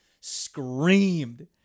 screamed